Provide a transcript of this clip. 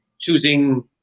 choosing